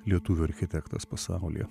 lietuvių architektas pasaulyje